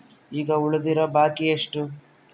ಈಗ ಉಳಿದಿರೋ ಬಾಕಿ ಎಷ್ಟು?